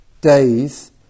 days